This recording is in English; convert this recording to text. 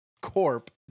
Corp